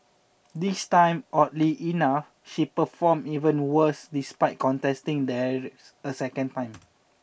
this time oddly enough she performed even worse despite contesting there a second time